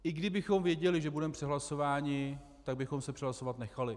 I kdybychom věděli, že budeme přehlasováni, tak bychom se přehlasovat nechali.